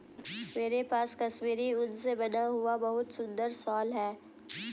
मेरे पास कश्मीरी ऊन से बना हुआ बहुत सुंदर शॉल है